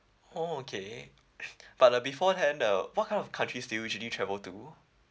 oh okay but uh beforehand uh what kind of countries do you usually travel to